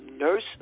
nurse